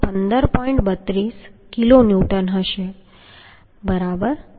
32 kilonewton હશે બરાબર